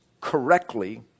correctly